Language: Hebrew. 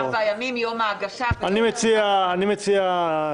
גם חברי הכנסת צריכים